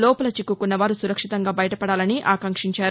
లోపల చిక్కుకున్న వారు సురక్షితంగా బయటపడాలని ఆకాంక్షించారు